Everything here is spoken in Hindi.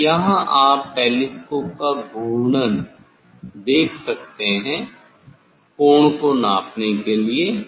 क्योंकि यहां आप टेलीस्कोप का घूर्णन रोटेशन देखे सकतें हैं कोण को नापने के लिए